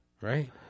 right